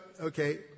okay